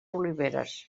oliveres